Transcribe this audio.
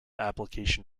application